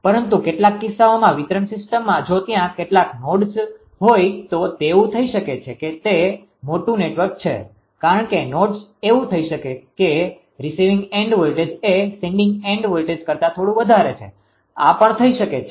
પરંતુ કેટલાક કિસ્સાઓમાં વિતરણ સિસ્ટમમાં જો ત્યાં કેટલાક નોડસnodesગાંઠો હોય તો તેવુ થઈ શકે છે કે તે મોટું નેટવર્ક છે કેટલાક નોડસ એવું થઈ શકે છે કે રિસીવિંગ એન્ડ વોલ્ટેજ એ સેન્ડીંગ એન્ડ વોલ્ટેજ કરતા થોડું વધારે છે આ પણ થઈ શકે છે